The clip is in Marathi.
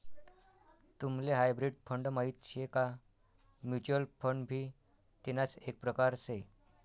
तुम्हले हायब्रीड फंड माहित शे का? म्युच्युअल फंड भी तेणाच एक प्रकार से